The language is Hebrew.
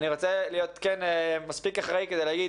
אני כן רוצה להיות מספיק אחראי כדי להגיד